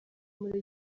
muri